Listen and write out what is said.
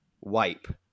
wipe